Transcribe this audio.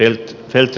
en silti